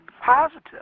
positive